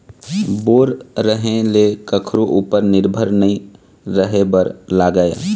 bore रहें ले कखरो उपर निरभर नइ रहे बर लागय